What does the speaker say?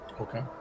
Okay